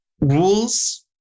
rules